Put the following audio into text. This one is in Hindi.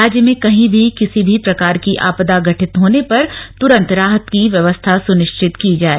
राज्य में कहीं भी किसी प्रकार की आपदा घटित होने पर तुरंत राहत की व्यवस्था सुनिश्चित की जाय